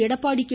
Edappadi K